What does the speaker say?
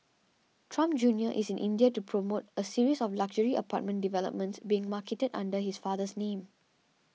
Trump Junior is in India to promote a series of luxury apartment developments being marketed under his father's name